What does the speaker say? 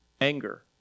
anger